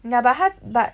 yah but 他 but